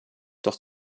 doch